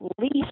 least